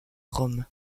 rome